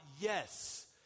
yes